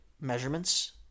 Measurements